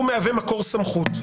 הוא מהווה מקור סמכות?